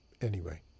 Anyway